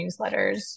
newsletters